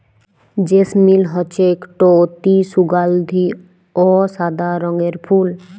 জেসমিল হছে ইকট অতি সুগাল্ধি অ সাদা রঙের ফুল